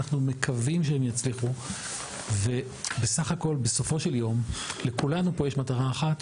אנחנו מקווים שהם יצליחו ובסך הכול בסופו של יום לכולנו פה יש מטרה אחת,